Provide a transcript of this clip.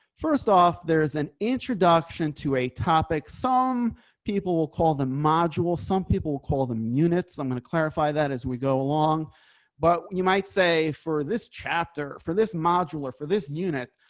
first off, there's an introduction to a topic. some people will call the module. some people call them units. i'm going to clarify that as we go but you might say for this chapter for this module or for this unit.